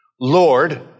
Lord